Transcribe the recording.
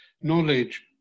knowledge